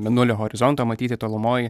mėnulio horizonto matyti tolumoj